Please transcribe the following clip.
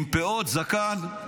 עם פאות, זקן,